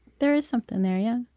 there is something there. yeah